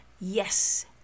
Yes